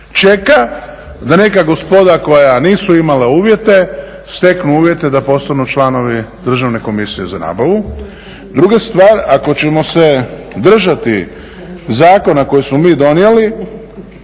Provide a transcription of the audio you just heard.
Čeka da neka gospoda koja nisu imala uvjete steknu uvjete da postanu članovi Državne komisije za nabavu. Druga stvar, ako ćemo se držati zakona kojega smo mi donijeli